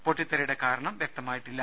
പാട്ടിത്തെറിയുടെ കാരണം വൃക്തമായിട്ടില്ല